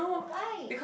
why